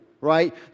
right